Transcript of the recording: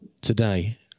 today